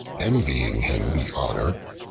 envying him the honor,